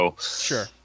Sure